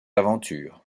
aventures